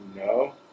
No